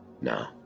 now